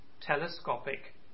telescopic